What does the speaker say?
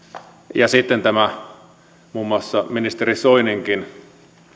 euroon sitten muun muassa tämä ministeri soininkin